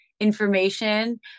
information